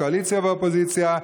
קואליציה ואופוזיציה,